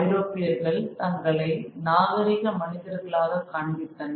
ஐரோப்பியர்கள் தங்களை நாகரீக மனிதர்களாக காண்பித்தனர்